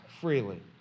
freely